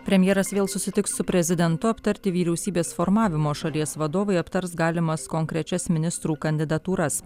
premjeras vėl susitiks su prezidentu aptarti vyriausybės formavimo šalies vadovai aptars galimas konkrečias ministrų kandidatūras